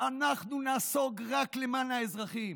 אנחנו נעסוק רק למען האזרחים,